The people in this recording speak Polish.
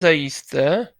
zaiste